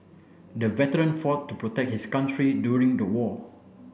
the veteran fought to protect his country during the war